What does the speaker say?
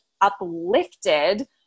uplifted